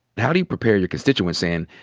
how do you prepare you constituents saying,